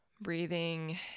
Breathing